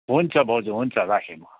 हुन्छ भाउजू हुन्छ राखेँ म